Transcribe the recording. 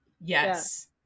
Yes